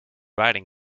riding